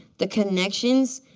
the connections,